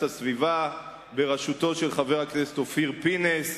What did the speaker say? הסביבה בראשותו של חבר הכנסת אופיר פינס.